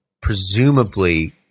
presumably